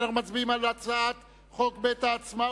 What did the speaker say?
אנו מצביעים על הצעת חוק בית העצמאות,